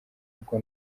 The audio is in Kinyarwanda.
kuko